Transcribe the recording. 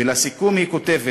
ולסיכום היא כותבת